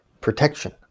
protection